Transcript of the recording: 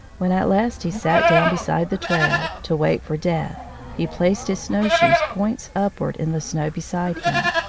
when at last he sat down beside the trail to wait for death he placed his snow shoes points upward in the snow beside him.